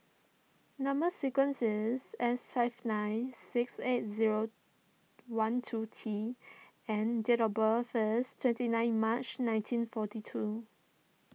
Number Sequence is S five nine six eight zero one two T and date of birth is twenty nine March nineteen forty two